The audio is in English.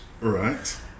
Right